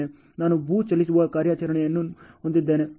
ನಾನು ಭೂ ಚಲಿಸುವ ಕಾರ್ಯಾಚರಣೆಯನ್ನು ಹೊಂದಿದ್ದೇನೆ